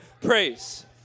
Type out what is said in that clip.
praise